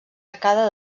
arcada